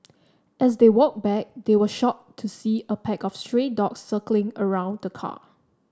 as they walked back they were shocked to see a pack of stray dogs circling around the car